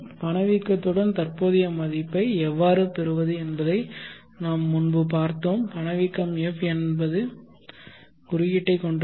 பணவீக்கத்துடன் தற்போதைய மதிப்பை எவ்வாறு பெறுவது என்பதை நாம் முன்பு பார்த்தோம் பணவீக்கம் f என்ற குறியீட்டைக் கொண்டுள்ளது